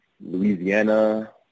Louisiana